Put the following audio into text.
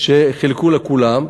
שחילקו לכולם,